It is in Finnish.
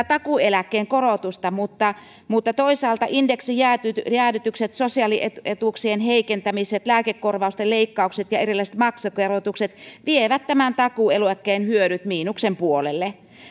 takuueläkkeen korotusta mutta mutta toisaalta indeksijäädytykset sosiaalietuuksien heikentämiset lääkekorvausten leikkaukset ja erilaiset maksukorotukset vievät tämän takuueläkkeen hyödyt miinuksen puolelle